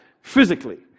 physically